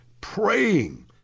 praying